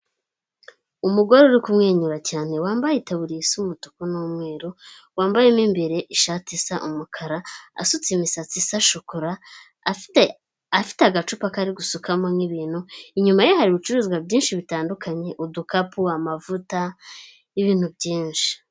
Umugore uri kumwenyura cyane wambaye itaburiya isa umutuku n'umweru wambayemo imbere ishati isa umukara asutse imisatsi isa shokora afite agacupa kari gusukamo nk'ibintu inyuma ye hari ibicuruzwa byinshi bitandukanye udukapu, amavuta ibintu byinshi.